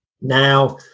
Now